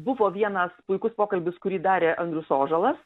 buvo vienas puikus pokalbis kurį darė andrius ožalas